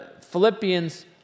Philippians